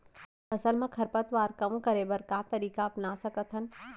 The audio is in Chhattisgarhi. फसल मा खरपतवार कम करे बर का तरीका अपना सकत हन?